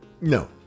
No